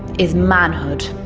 is manhood.